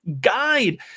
guide